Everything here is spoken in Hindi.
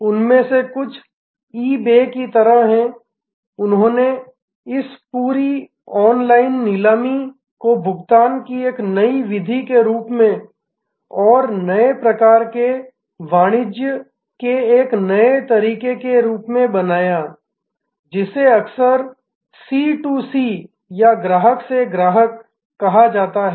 उनमें से कुछ ईबे की तरह हैं उन्होंने इस पूरी ऑनलाइन नीलामी को भुगतान की एक नई विधि के रूप में और नए प्रकार के वाणिज्य के एक नए तरीके के रूप में बनाया जिसे अक्सर सी टू सी ग्राहक से ग्राहक कहा जाता है